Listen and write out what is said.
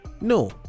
No